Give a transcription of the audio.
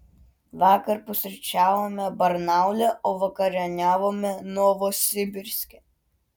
vakar pusryčiavome barnaule o vakarieniavome novosibirske